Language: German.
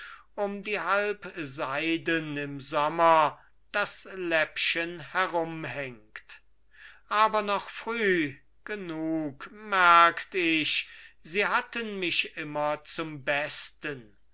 um die halbseiden im sommer das läppchen herumhängt aber noch früh genug merkt ich sie hatten mich immer zum besten